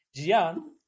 Jian